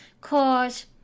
Cause